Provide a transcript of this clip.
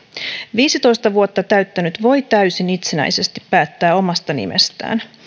viisitoista vuotta täyttänyt voi täysin itsenäisesti päättää omasta nimestään